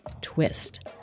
Twist